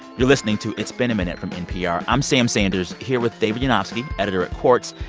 you're listening to it's been a minute from npr. i'm sam sanders here with david yanofsky, editor at quartz,